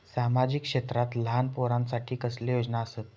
सामाजिक क्षेत्रांत लहान पोरानसाठी कसले योजना आसत?